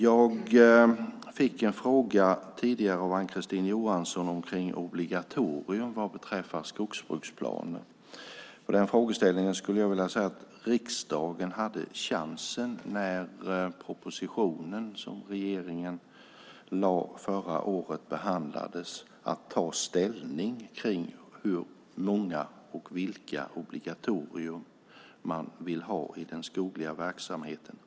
Jag fick en fråga tidigare av Ann-Kristine Johansson om obligatorium vad beträffar skogsbruksplanen. Den frågeställningen skulle jag vilja säga att riksdagen hade chansen att ta ställning till när den proposition som regeringen lade fram förra året behandlades. Det handlar om hur många och vilka obligatorier man vill ha i den skogliga verksamheten.